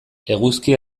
eguzki